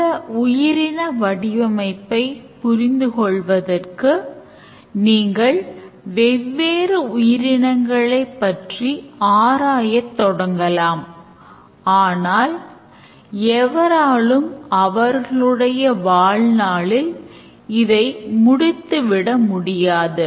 இந்த உயிரின வடிவமைப்பை புரிந்து கொள்வதற்கு நீங்கள் வெவ்வேறு உயிரினங்களைப் பற்றி ஆராயத் தொடங்கலாம் ஆனாலும் எவராலும் அவர்களுடைய வாழ்நாளில் இதை முடித்துவிட முடியாது